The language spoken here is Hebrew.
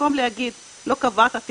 במקום להגיד: לא קבעת,